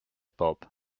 bob